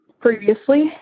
previously